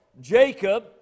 Jacob